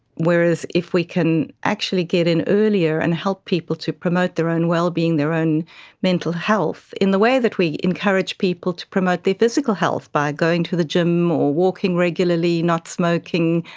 whereas if we can actually get in earlier and help people to promote their own well-being, their own mental health, in the way that we encourage people to promote their physical health by going to the gym or walking regularly, not smoking,